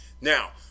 Now